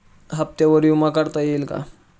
हप्त्यांवर विमा काढता येईल का?